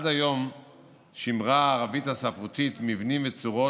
עד היום שמרה הערבית הספרותית מבנים וצורות